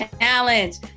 Challenge